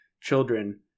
children